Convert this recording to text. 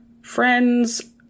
friends